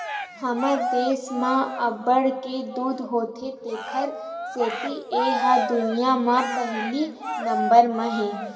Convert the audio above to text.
हमर देस म अब्बड़ के दूद होथे तेखर सेती ए ह दुनिया म पहिली नंबर म हे